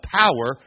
power